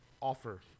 offer